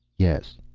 yes.